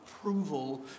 approval